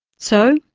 so,